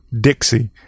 dixie